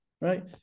right